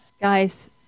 Guys